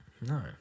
No